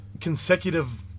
consecutive